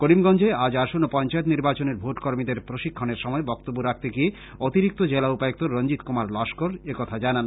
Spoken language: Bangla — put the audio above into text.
করিমগঞ্জে আজ আসন্ন পঞ্চায়েত নির্বাচনের ভোটকর্মীদের প্রশিক্ষণের সময় বক্তব্য রাখতে গিয়ে অতিরিক্ত জেলাউপায়ুক্ত রঞ্জিত কুমার লস্কর একথা জানান